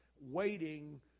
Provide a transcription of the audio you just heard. waiting